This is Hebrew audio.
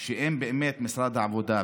שאם באמת משרד העבודה,